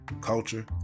culture